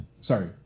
Sorry